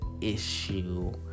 issue